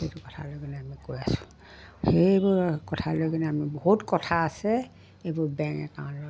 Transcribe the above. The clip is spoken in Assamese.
সেইটো কথা লৈ কিনে আমি কৈ আছো সেইবোৰ কথালৈ কিনে আমি বহুত কথা আছে এইবোৰ বেংক একাউণ্টৰ